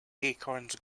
acorns